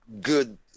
good